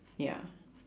ya